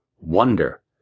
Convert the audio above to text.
wonder